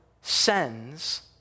sends